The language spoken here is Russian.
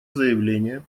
заявление